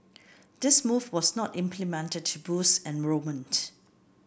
this move was not implemented to boost enrolment